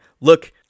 Look